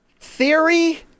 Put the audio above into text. theory